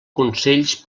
consells